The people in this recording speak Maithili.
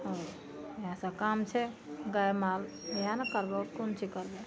आओर इहए सब काम छै गाय माल इहए ने करबै आओर कोन ची करबै